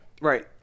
Right